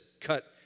cut